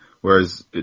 whereas